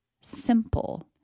simple